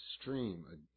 stream